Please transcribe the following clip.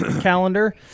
calendar